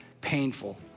painful